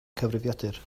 cyfrifiadur